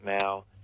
now